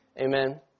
Amen